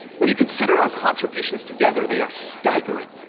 when you consider our contributions together, they are staggering.